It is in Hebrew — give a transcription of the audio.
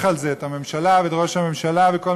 ואני מברך על זה את הממשלה ואת ראש הממשלה ואת כל